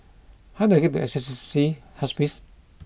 how do I get to Assisi Hospice